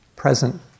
present